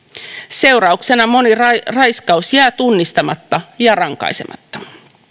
seurauksena moni raiskaus jää tunnistamatta ja rankaisematta